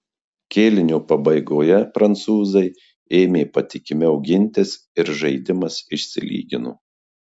kėlinio pabaigoje prancūzai ėmė patikimiau gintis ir žaidimas išsilygino